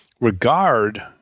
regard